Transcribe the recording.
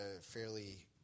fairly